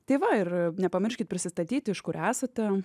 tai va ir nepamirškit prisistatyti iš kur esate